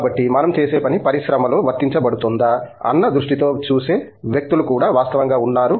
కాబట్టి మనం చేసే పని పరిశ్రమలో వర్తించబడుతుందా అన్న దృష్టితో చూసే వ్యక్తులు కూడా వాస్తవంగా ఉన్నారు